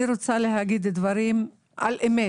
אני רוצה להגיד דברים על אמת.